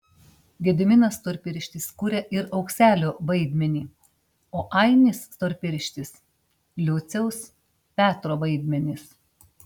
gediminas storpirštis kuria ir aukselio vaidmenį o ainis storpirštis liuciaus petro vaidmenis